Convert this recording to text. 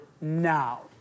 now